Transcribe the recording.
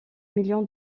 million